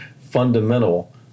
fundamental